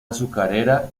azucarera